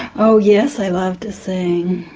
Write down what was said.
oh yes, i love to sing.